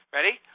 Ready